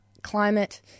Climate